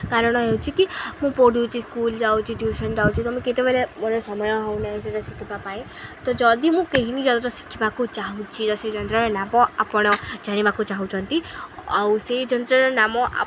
କାରଣ ହେଉଛି କି ମୁଁ ପଢ଼ୁଛି ସ୍କୁଲ୍ ଯାଉଛି ଟିଉସନ୍ ଯାଉଛି ତ ମୁଇଁ କେତେବେଳେ ମୋ ସମୟ ହଉନାହିଁ ସେଇଟା ଶିଖିବା ପାଇଁ ତ ଯଦି ମୁଁ କେହିନି ଯନ୍ତ୍ର ଶିଖିବାକୁ ଚାହୁଁଛି ତ ସେ ଯନ୍ତ୍ରର ନାମ ଆପଣ ଜାଣିବାକୁ ଚାହୁଁଚନ୍ତି ଆଉ ସେଇ ଯନ୍ତ୍ରର ନାମ